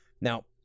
Now